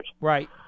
Right